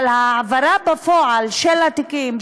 אבל ההעברה בפועל של התיקים,